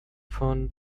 von